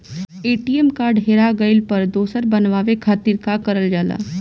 ATM card हेरा गइल पर दोसर बनवावे खातिर का करल जाला?